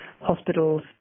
hospitals